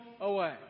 away